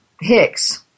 Hicks